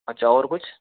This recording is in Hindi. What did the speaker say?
अच्छा और कुछ